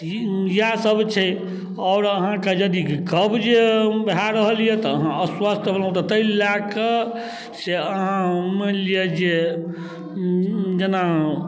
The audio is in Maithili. इएहसब छै आओर अहाँके यदि कब्ज भऽ रहल अइ तऽ अहाँ अस्वस्थ भेलहुँ तऽ ताहि लऽ कऽ से अहाँ मानि लिअऽ जे जेना